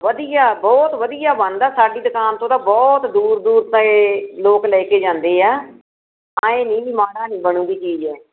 ਵਧੀਆ ਬਹੁਤ ਵਧੀਆ ਬਣਦਾ ਸਾਡੀ ਦੁਕਾਨ ਤੋਂ ਤਾਂ ਬਹੁਤ ਦੂਰ ਦੂਰ ਤਾਈਂ ਲੋਕ ਲੈ ਕੇ ਜਾਂਦੇ ਹੈ ਆਏਂ ਨਹੀਂ ਮਾੜੀ ਨਹੀਂ ਬਣੇਗੀ ਚੀਜ਼